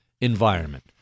environment